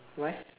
what